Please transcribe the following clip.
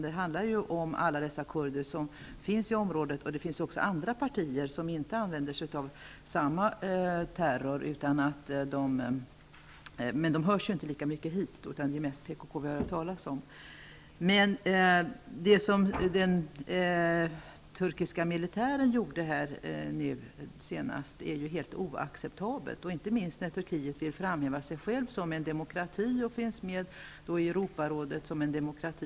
Det rör sig om alla kurder som finns i området, och vissa partier använder sig inte av samma terror som PKK. Men dessa partier hörs inte så mycket. Vi hör mest talas om PKK. Det som den turkiska militären gjorde sig skyldig till senast är ju helt oacceptabelt, inte minst med tanke på att Turkiet vill framställa sig självt som en demokrati. Landet finns ju med i Europarådet som en demokrati.